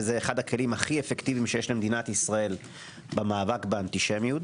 וזה אחד הכלים הכי אפקטיביים שיש למדינת ישראל במאבק באנטישמיות.